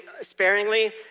sparingly